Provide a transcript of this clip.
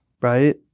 Right